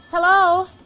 Hello